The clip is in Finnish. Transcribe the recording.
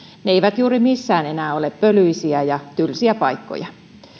ne eivät juuri missään enää ole pölyisiä ja tylsiä paikkoja